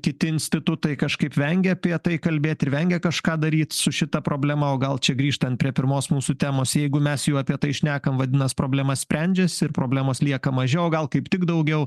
kiti institutai kažkaip vengė apie tai kalbėti ir vengia kažką daryt su šita problema o gal čia grįžtant prie pirmos mūsų temos jeigu mes jau apie tai šnekam vadinas problema sprendžiasi ir problemos lieka mažiau o gal kaip tik daugiau